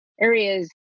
areas